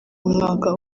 umwaka